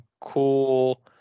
cool